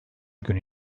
günü